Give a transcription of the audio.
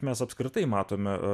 mes apskritai matome